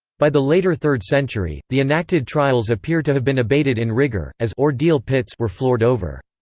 by the later third century, the enacted trials appear to have been abated in rigor, as ordeal pits were floored over.